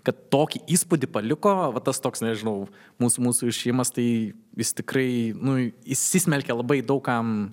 kad tokį įspūdį paliko va tas toks nežinau mūsų mūsų išėjimas tai jis tikrai nu įsismelkia labai daug kam